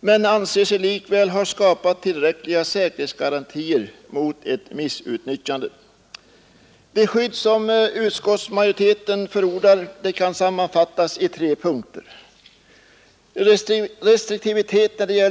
men anser sig likväl ha skapat tillräckliga garantier mot missbruk. Det skydd som utskottsmajoriteten förordar kan sammanfattas i tre punkter: 2.